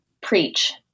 Preach